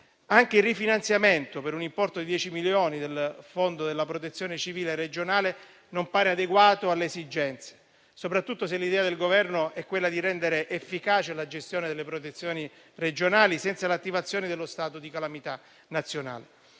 Anche il rifinanziamento per un importo di 10 milioni del fondo della protezione civile regionale non pare adeguato alle esigenze, soprattutto se l'idea del Governo è quella di rendere efficace la gestione delle protezioni regionali senza l'attivazione dello stato di calamità nazionale: